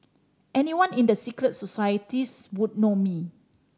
anyone in the secret societies would know me